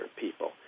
people